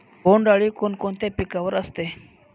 बोंडअळी कोणकोणत्या पिकावर असते?